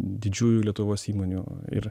didžiųjų lietuvos įmonių ir